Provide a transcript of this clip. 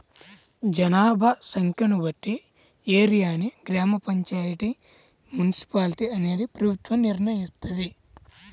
జనాభా సంఖ్యను బట్టి ఏరియాని గ్రామ పంచాయితీ, మున్సిపాలిటీ అనేది ప్రభుత్వం నిర్ణయిత్తది